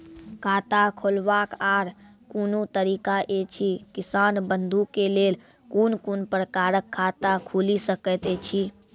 खाता खोलवाक आर कूनू तरीका ऐछि, किसान बंधु के लेल कून कून प्रकारक खाता खूलि सकैत ऐछि?